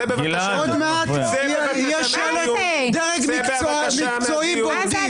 עוד מעט יהיה שלט: דרג מקצועי בוגדים.